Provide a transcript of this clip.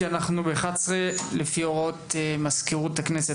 כי אנחנו ב-11 לפי הוראות מזכירות הכנסת,